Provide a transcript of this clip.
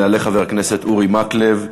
יעלה חבר הכנסת אורי מקלב,